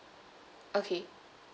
okay